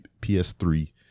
PS3